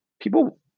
people